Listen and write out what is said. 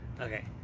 okay